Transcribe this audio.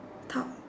top